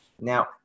Now